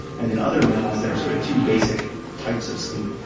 and in other mammals there are sort of two basic types of sleep.